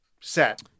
set